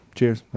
Cheers